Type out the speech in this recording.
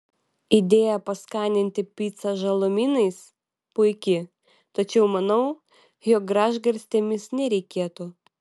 idėja paskaninti picą žalumynais puiki tačiau manau jog gražgarstėmis nereikėtų